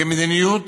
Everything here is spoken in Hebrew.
כמדיניות,